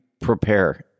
prepare